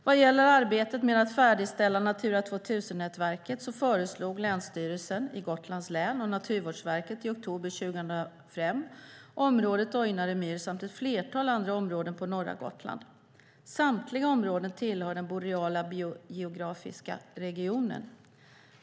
Vad gäller arbetet med att färdigställa Natura 2000-nätverket föreslog Länsstyrelsen i Gotlands län och Naturvårdsverket i oktober 2005 området Ojnare myr samt ett flertal andra områden på norra Gotland. Samtliga områden tillhör den boreala biogeografiska regionen.